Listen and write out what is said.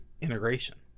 integration